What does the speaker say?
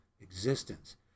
existence